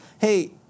Hey